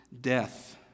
death